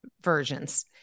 versions